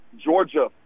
Georgia